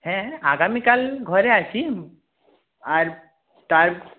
হ্যাঁ হ্যাঁ আগামীকাল ঘরে আছি আর তার